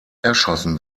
erschossen